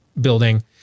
building